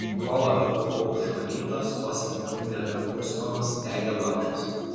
kuo labiau aušo rytas tuo silpniau nebekurstomas degė laužas